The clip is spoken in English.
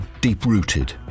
deep-rooted